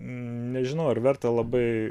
nežinau ar verta labai